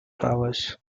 powers